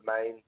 main